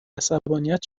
عصبانیت